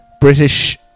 British